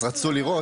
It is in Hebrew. אז רצו לראות.